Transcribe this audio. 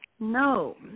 No